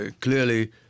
Clearly